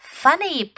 funny